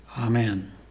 Amen